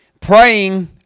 praying